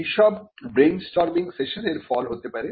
এইসব ব্রেইনস্টর্মিং সেশনের ফল হতে পারে